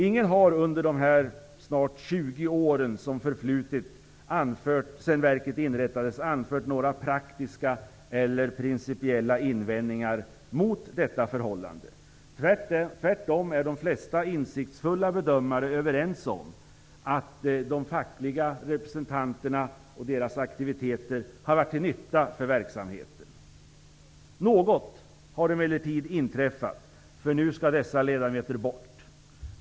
Ingen har under de snart 20 år som förflutit sedan verket inrättades anfört några praktiska eller principiella invändningar mot detta förhållande. Tvärtom är de flesta insiktsfulla bedömare överens om att de fackliga representanterna och deras aktiviteter varit till nytta för verksamheten. Något har emellertid inträffat, för nu skall dessa ledamöter bort!